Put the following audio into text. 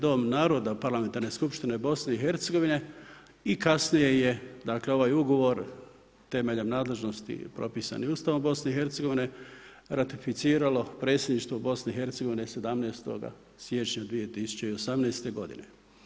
Dom naroda Parlamentarne skupštine BiH i kasnije je dakle ovaj ugovor temeljem nadležnosti propisanim Ustavom BiH ratificiralo predsjedništvo BiH 17. siječnja 2018. godine.